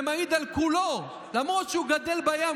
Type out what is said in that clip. זה מעיד על כולו, למרות שהוא גדל בים.